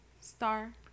star